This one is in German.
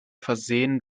versehen